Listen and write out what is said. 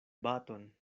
baton